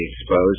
exposed